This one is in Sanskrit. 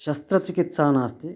शस्त्रचिकित्सा नास्ति